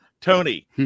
Tony